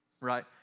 Right